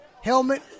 helmet